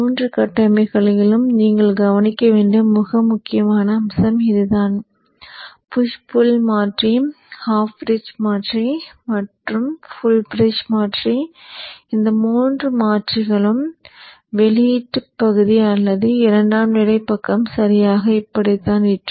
மூன்று கட்டமைப்புகளிலும் நீங்கள் கவனிக்க வேண்டிய மிக முக்கிய அம்சம் இதுதான் புஷ் புள் மாற்றி ஹாஃப் பிரிட்ஜ் மாற்றி மற்றும் ஃபுல் பிரிட்ஜ் மாற்றி இந்த மூன்று மாற்றிக்கொள்ளும் வெளியீடு பகுதி அல்லது இரண்டாம் நிலை பக்கம் சரியாக இப்படித்தான் இருக்கும்